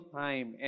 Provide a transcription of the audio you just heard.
time